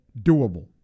doable